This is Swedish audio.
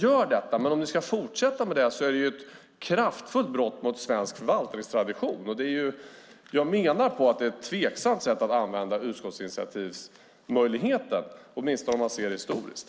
Gör det, men om ni ska fortsätta med det är det ett kraftfullt brott mot svensk förvaltningstradition. Jag menar att det är ett tveksamt sätt att använda möjligheten till utskottsinitiativ, åtminstone om man ser det historiskt.